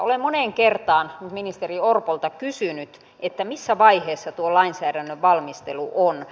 olen moneen kertaan ministeri orpolta kysynyt missä vaiheessa tuo lainsäädännön valmistelu on